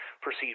proceed